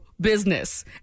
business